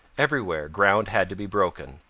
everywhere ground had to be broken,